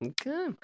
Okay